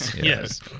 Yes